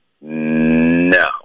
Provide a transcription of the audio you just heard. no